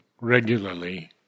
regularly